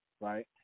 right